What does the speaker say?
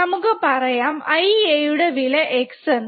നമുക്ക് പറയാം Ia യുടെ വില x എന്ന്